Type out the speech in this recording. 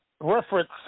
reference